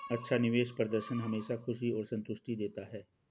अच्छा निवेश प्रदर्शन हमेशा खुशी और संतुष्टि देता है